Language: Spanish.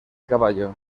caballo